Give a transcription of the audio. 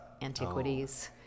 antiquities